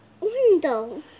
window